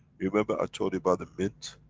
remember, i told you about the mint,